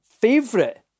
favorite